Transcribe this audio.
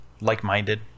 like-minded